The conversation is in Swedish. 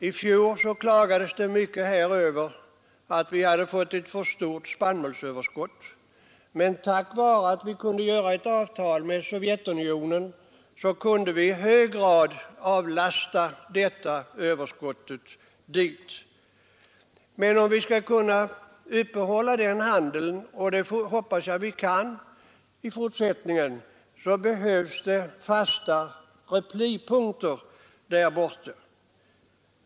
I fjol klagades det mycket över att vi hade fått ett stort spannmålsöverskott, men tack vare att vi kunde träffa ett avtal med Sovjetunionen kunde vi i hög grad avlasta överskottet dit. Om vi skall kunna uppehålla handeln — och det hoppas jag vi kan i fortsättningen — så behövs dock fasta replipunkter där borta.